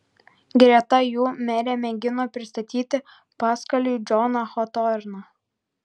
greta jų merė mėgino pristatyti paskaliui džoną hotorną